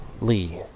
Lee